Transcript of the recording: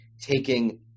taking